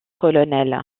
colonel